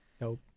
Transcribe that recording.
Nope